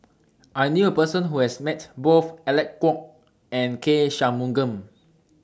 I knew A Person Who has Met Both Alec Kuok and K Shanmugam